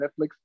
Netflix